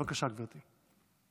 בבקשה, גברתי.